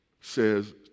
says